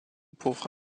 pour